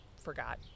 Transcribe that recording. forgot